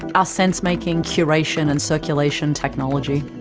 ah sense-making, curation, and circulation technology?